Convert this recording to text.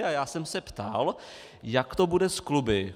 A já jsem se ptal, jak to bude s kluby.